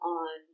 on